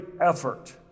effort